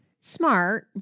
smart